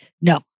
No